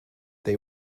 they